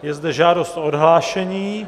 Je zde žádost o odhlášení.